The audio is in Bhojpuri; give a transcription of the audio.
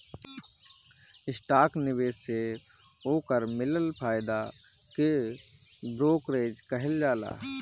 स्टाक निवेश से ओकर मिलल फायदा के ब्रोकरेज कहल जाला